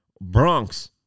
Bronx